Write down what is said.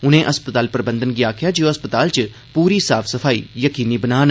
उनें अस्पताल प्रबंधन गी आखेआ जे ओह् अस्पताल च पूरी साफ सफाई यकीनी बनान